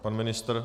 Pan ministr?